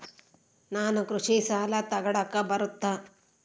ನಾನು ಕೃಷಿ ಸಾಲ ತಗಳಕ ಬರುತ್ತಾ?